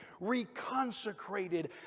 Reconsecrated